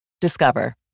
Discover